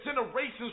Generations